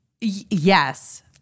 yes